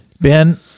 Ben